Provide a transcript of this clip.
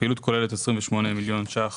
הפעילות כוללת: 28 מיליון שקלים